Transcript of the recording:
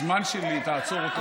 הזמן שלי, תעצור אותו.